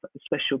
special